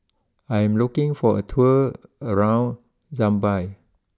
I am looking for a tour around Zambia